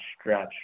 stretch